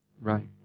Right